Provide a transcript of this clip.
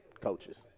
coaches